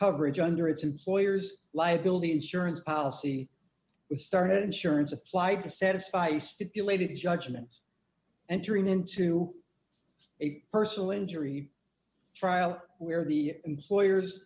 coverage under its employer's liability insurance policy was started insurance applied to satisfy stipulated judgments and tearing into a personal injury trial where the employer